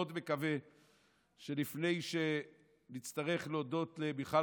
אני מאוד מקווה שלפני שנצטרך להודות למיכל